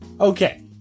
Okay